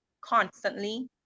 constantly